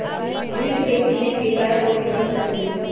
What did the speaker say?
yield के गीनेए के कयहो विधि प्रचलित हइ